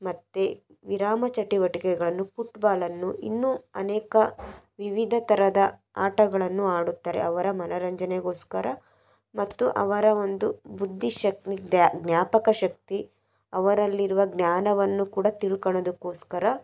ಮತ್ತು ವಿರಾಮ ಚಟುವಟಿಕೆಗಳನ್ನು ಪುಟ್ಬಾಲನ್ನು ಇನ್ನೂ ಅನೇಕ ವಿವಿಧ ಥರದ ಆಟಗಳನ್ನು ಆಡುತ್ತಾರೆ ಅವರ ಮನರಂಜನೆಗೋಸ್ಕರ ಮತ್ತು ಅವರ ಒಂದು ಬುದ್ದಿ ಶಕ್ತಿ ದ್ಯಾ ಜ್ಞಾಪಕ ಶಕ್ತಿ ಅವರಲ್ಲಿರುವ ಜ್ಞಾನವನ್ನು ಕೂಡ ತಿಳ್ಕೊಳದಕ್ಕೋಸ್ಕರ